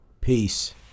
Peace